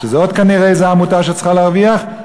שזו כנראה עוד איזו עמותה שצריכה להרוויח,